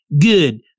Good